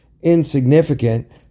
insignificant